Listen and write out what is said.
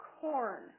corn